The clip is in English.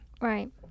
Right